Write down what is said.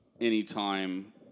anytime